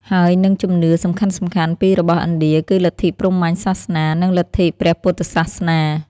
ហើយនិងជំនឿ សំខាន់ៗពីររបស់ឥណ្ឌា គឺលិទ្ធិព្រហ្មញ្ញសាសនា និងលិទ្ធិព្រះពុទ្ធសាសនា។